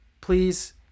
Please